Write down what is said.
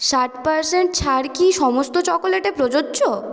ষাট পার্সেন্ট ছাড় কি সমস্ত চকোলেটে প্রযোজ্য